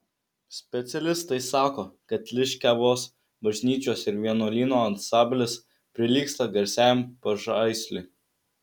specialistai sako kad liškiavos bažnyčios ir vienuolyno ansamblis prilygsta garsiajam pažaisliui